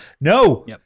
No